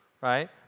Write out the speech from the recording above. Right